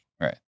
Right